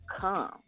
come